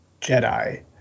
Jedi